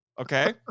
Okay